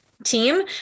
team